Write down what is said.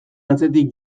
atzetik